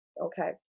Okay